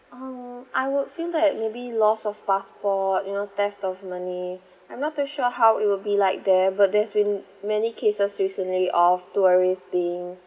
um I would feel that maybe loss of passport you know theft of money I'm not too sure how it will be like there but there's been many cases recently of tourist being